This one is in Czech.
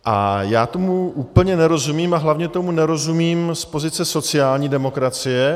A já tomu úplně nerozumím a hlavně tomu nerozumím z pozice sociální demokracie.